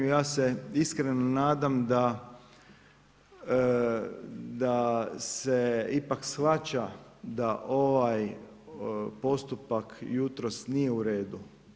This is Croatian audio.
Ja se iskreno nadam da se ipak shvaća da ovaj postupak jutros nije u redu.